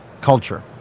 culture